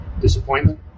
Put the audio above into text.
disappointment